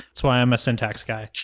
that's why i'm a syntax guy.